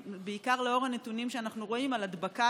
בעיקר לנוכח הנתונים שאנחנו רואים על הדבקה,